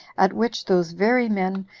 at which those very men,